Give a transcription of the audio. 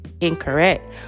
incorrect